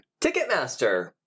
Ticketmaster